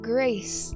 Grace